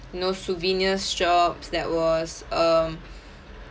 know souvenirs shops that was um